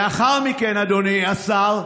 לאחר מכן, אדוני השר,